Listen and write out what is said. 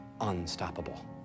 unstoppable